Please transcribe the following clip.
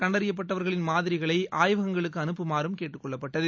கண்டறியப்பட்டவர்களின் நோய்த்தொற்று மாதிரிகளை ஆய்வகங்களுக்கு அனுப்புமாறும் கேட்டுக்கொள்ளப்பட்டது